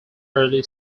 early